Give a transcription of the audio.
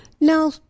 Now